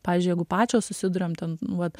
pavyzdžiui jeigu pačios susiduriam ten vat